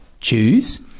choose